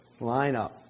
lineup